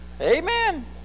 Amen